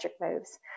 moves